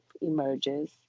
emerges